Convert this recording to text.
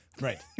Right